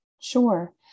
Sure